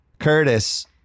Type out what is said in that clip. Curtis